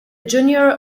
junior